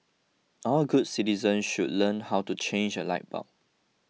all good citizen should learn how to change a light bulb